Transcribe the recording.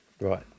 Right